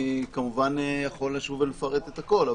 אני כמובן יכול לשוב ולפרט את הכול.